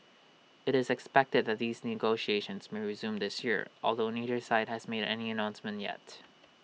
IT is expected that these negotiations may resume this year although neither side has made any announcements yet